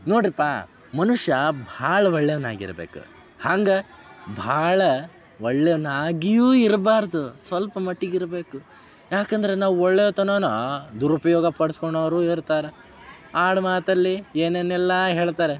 ನೋಡಿರಪ್ಪ ಮನುಷ್ಯ ಭಾಳ ಒಳ್ಳೇವ್ನು ಆಗಿರ್ಬೇಕು ಹಂಗೆ ಭಾಳ ಒಳ್ಳೇವ್ನು ಆಗಿಯೂ ಇರಬಾರ್ದು ಸ್ವಲ್ಪ ಮಟ್ಟಿಗಿರಬೇಕು ಏಕಂದ್ರೆ ನಾವು ಒಳ್ಳೇತನನ್ನ ದುರುಪಯೋಗ ಪಡ್ಸ್ಕೊಳೋರು ಇರ್ತಾರೆ ಆಡುಮಾತಲ್ಲಿ ಏನೇನೆಲ್ಲ ಹೇಳ್ತಾರೆ